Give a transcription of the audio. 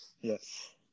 Yes